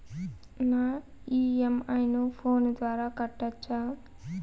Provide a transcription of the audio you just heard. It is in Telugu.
నా ఇ.ఎం.ఐ ను ఫోను ద్వారా కట్టొచ్చా?